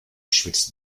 schwitzt